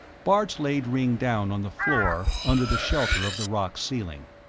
bart laid ringg down on the floor, under the shelter of the rock ceiling.